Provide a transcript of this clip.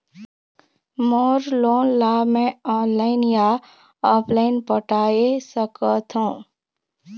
मोर loan ला मैं online या ऑफलाइन पटाए सकथों?